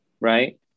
right